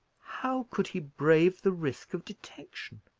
how could he brave the risk of detection?